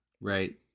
Right